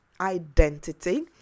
identity